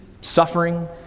suffering